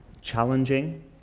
challenging